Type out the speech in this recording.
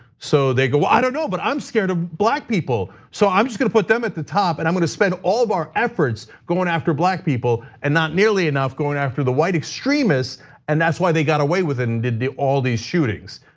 so they go, i don't know, but i'm scared of black people. so i'm just gonna put them at the top and i'm gonna spend all of our efforts going after black people and not nearly enough going after the white extremists and that's why they got away with it and did all these shootings.